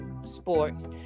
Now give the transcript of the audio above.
sports